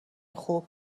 خوب